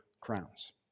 crowns